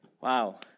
wow